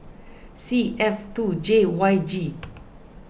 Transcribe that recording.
C F two J Y G